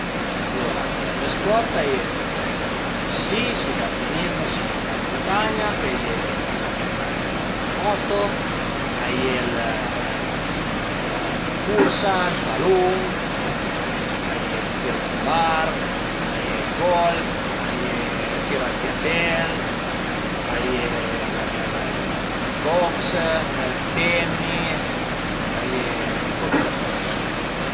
Alura lë sport a ie lë sci, sci d'alpinizmo, sci da muntagna, pöi a ie la moto, a ie la cursa, ël balun, a ie ël tir cun l'arch, a ie ël golf, a ie ël tir al piatèl, a ie ël box, ël tennis a ie ën po tüta sorta anche li